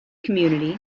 community